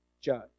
judge